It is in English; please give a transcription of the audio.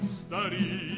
study